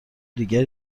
دیگر